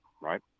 right